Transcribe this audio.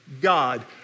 God